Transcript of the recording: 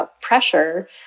pressure